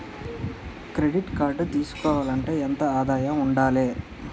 Credit card తీసుకోవాలంటే ఎంత ఆదాయం ఉండాలే?